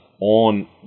on